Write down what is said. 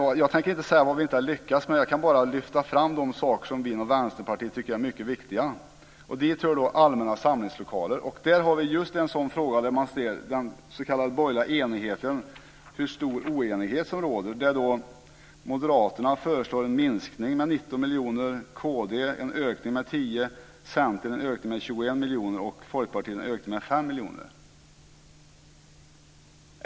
Jag tänker inte säga vad vi inte har lyckats med. Jag kan bara lyfta fram de saker som vi inom Vänsterpartiet tycker är mycket viktiga. Dit hör allmänna samlingslokaler. Där har vi just en sådan fråga där man kan se på den s.k. borgerliga enigheten och hur stor oenighet som råder. Moderaterna föreslår en minskning med 19 miljoner kronor, kd en ökning med 10 miljoner, Centern en ökning med 21 miljoner och Folkpartiet en ökning med 5 miljoner.